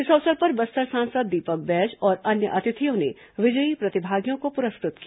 इस अवसर पर बस्तर सांसद दीपक बैज और अन्य अतिथियों ने विजयी प्रतिभागियों को प्रस्कृत किया